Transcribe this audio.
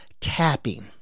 tapping